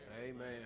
Amen